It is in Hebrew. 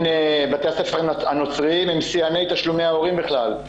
בתי הספר הנוצריים הם שיאני תשלומי ההורים בכלל.